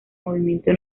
movimiento